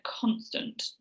constant